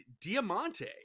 Diamante